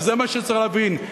וזה מה שצריך להבין,